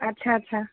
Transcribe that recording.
आस्सा आस्सा